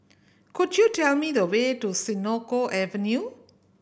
could you tell me the way to Senoko Avenue